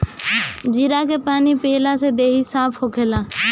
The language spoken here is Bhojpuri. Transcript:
जीरा के पानी पियला से देहि साफ़ होखेला